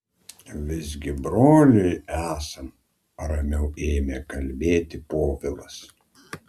visgi broliai esam ramiau ėmė kalbėti povilas